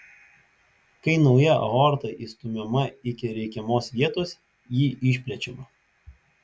kai nauja aorta įstumiama iki reikiamos vietos ji išplečiama